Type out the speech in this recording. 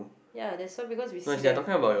ya that's why because we see them